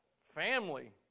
family